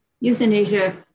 euthanasia